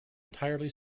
entirely